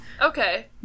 Okay